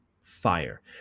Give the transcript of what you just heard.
fire